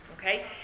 okay